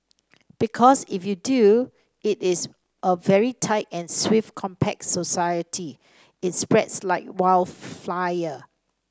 because if you do it is a very tight and swift compact society it spreads like wild fire